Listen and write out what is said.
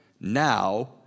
now